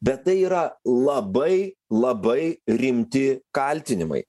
bet tai yra labai labai rimti kaltinimai